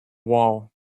wall